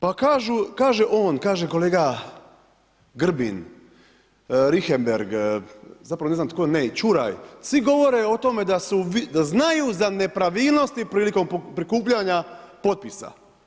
Pa kaže on, kaže kolega Grbin, Richembergh, zapravo ne znam tko ne, i Čuraj, svi govore o tome da znaju za nepravilnosti prilikom prikupljanja potpisa.